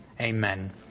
Amen